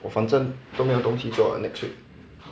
我反正都没有东西做 next week